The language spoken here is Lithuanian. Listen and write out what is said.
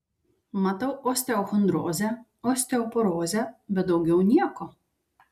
matau osteochondrozę osteoporozę bet daugiau nieko